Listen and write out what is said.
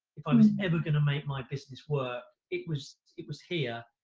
if i was every gonna make my business work, it was it was here,